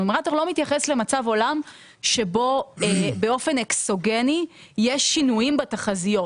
הנומרטור לא מתייחס למצב עולם שבו באופן אקסוגני יש שינויים בתחזיות.